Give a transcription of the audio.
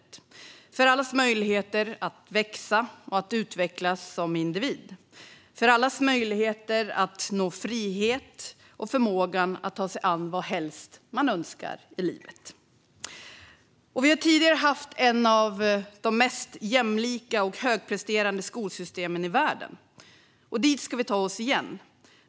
Det är där grunden läggs för allas möjligheter att växa och utvecklas som individer och för allas möjligheter att nå frihet och förmåga att ta sig an vadhelst man önskar i livet. Sverige har tidigare haft ett av de mest jämlika och högpresterande skolsystemen i världen. Dit ska vi ta oss igen.